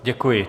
Děkuji.